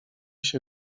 się